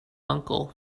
uncle